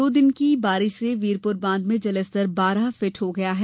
दो दिन की बारिश से वीरपुर बांध में जलस्तर बारह फीट हो गया है